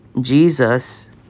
Jesus